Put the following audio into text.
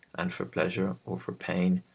and for pleasure or for pain,